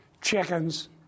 chickens